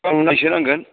गांनैसो नांगोन